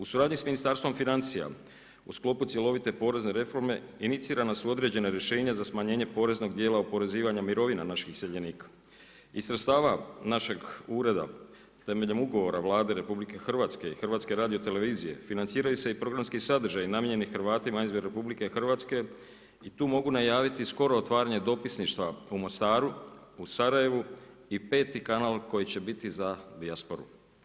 U suradnji sa Ministarstvom financija u sklopu cjelovite porezne reforme inicirana su određena rješenja za smanjenje poreznog djela oporezivanja mirovina naših iseljenika i sredstava našeg ureda temeljem ugovora Vlade RH i HRT-a financiraju se i programski sadržaji namijenjeni Hrvatima izvan RH i tu mogu najaviti skoro otvaranje dopisništva u Mostaru, u Sarajevu i 5. kanal koji će biti za dijasporu.